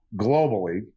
globally